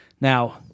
now